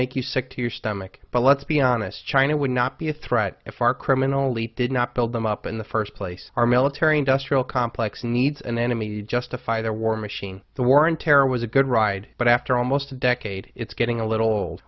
make you sick to your stomach but let's be honest china would not be a threat if our criminally did not build them up in the first place our military industrial complex needs an enemy to justify their war machine the war on terror was a good ride but after almost a decade it's getting a little old